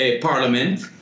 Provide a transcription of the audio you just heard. parliament